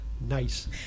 nice